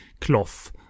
cloth